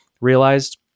realized